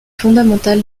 fondamentale